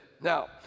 Now